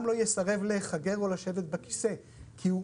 לא יסרב להיחגר או לשבת בכיסא כי הוא